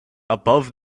above